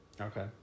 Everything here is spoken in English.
Okay